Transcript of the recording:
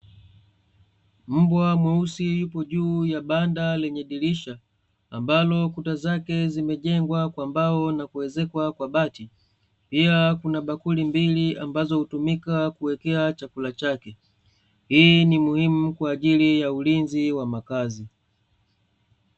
Mbwa mweusi yupo juu ya banda lenye dirisha, ambalo kuta zake zimejengwa kwa mbao na kuezekwa kwa bati, pia kuna bakuli mbili ambazo hutumika kuwekea chakula chake. Hii ni muhimu kwa ajili ya ulinzi wa makazi.